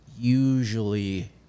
Usually